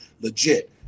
legit